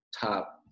top